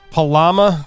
palama